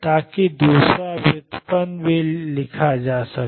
ताकि दूसरा व्युत्पन्न भी लिया जा सके